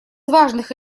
важных